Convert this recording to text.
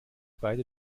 beide